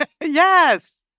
Yes